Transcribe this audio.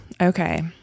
Okay